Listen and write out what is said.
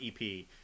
EP